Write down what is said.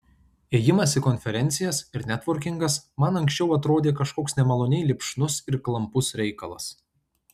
ėjimas į konferencijas ir netvorkingas man anksčiau atrodė kažkoks nemaloniai lipšnus ir klampus reikalas